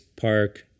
park